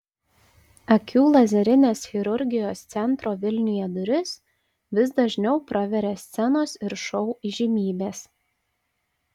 akių lazerinės chirurgijos centro vilniuje duris vis dažniau praveria scenos ir šou įžymybės